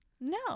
no